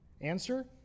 Answer